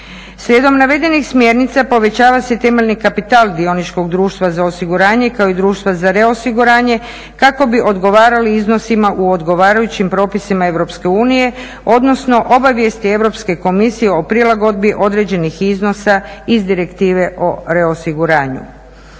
Slijedom navedenih smjernica povećava se temeljni kapital dioničkog društva za osiguranje kao i društva za reosiguranje kako bi odgovarali iznosima u odgovarajućim propisima EU, odnosno obavijesti Europske komisije o prilagodbi određenih iznosa iz direktive o reosiguranju.